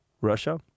Russia